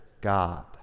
God